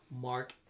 Mark